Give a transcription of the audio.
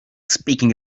speaking